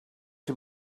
him